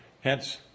Hence